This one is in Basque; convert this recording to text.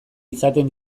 izaten